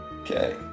Okay